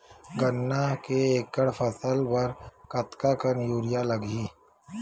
गन्ना के एक एकड़ फसल बर कतका कन यूरिया लगही?